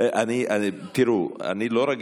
ואם לא?